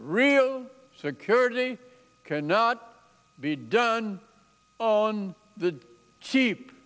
real security cannot be done on the cheap